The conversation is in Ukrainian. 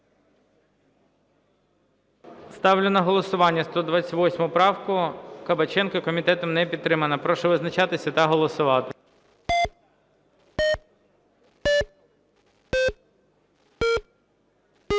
Ставлю на голосування 128 правку Кабаченка. Комітетом не підтримана. Прошу визначатися та голосувати.